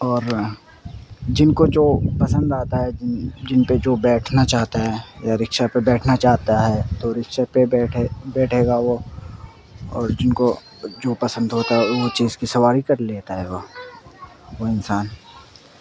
اور جن کو جو پسند آتا ہے جن جن پہ جو بیٹھنا چاہتا ہے یا رکشا پہ بیٹھنا چاہتا ہے تو رکشے پہ بیٹھے بیٹھے گا وہ اور جن کو جو پسند ہوتا ہے وہ چیز کی سواری کر لیتا ہے وہ وہ انسان